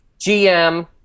GM